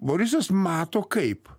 borisas mato kaip